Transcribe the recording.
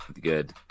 Good